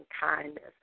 kindness